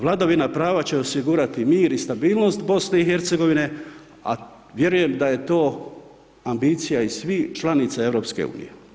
Vladavina prava će osigurati mir i stabilnost BIH, a vjerujem da je to ambicija iz svih članica EU.